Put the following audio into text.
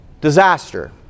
disaster